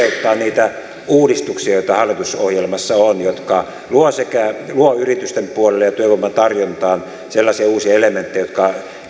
toteuttamaan niitä uudistuksia joita hallitusohjelmassa on jotka luovat yritysten puolelle ja työvoiman tarjontaan sellaisia uusia elementtejä jotka